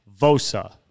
Vosa